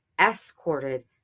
escorted